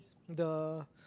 the